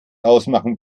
ausmachen